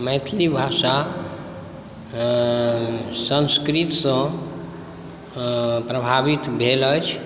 मैथिली भाषा संस्कृतसॅं प्रभावित भेल अछि